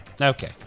Okay